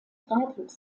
ratlos